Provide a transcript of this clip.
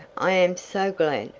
i am so glad,